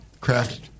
craft